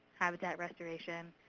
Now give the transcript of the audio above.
habitat restoration,